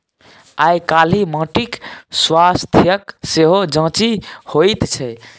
आयकाल्हि माटिक स्वास्थ्यक सेहो जांचि होइत छै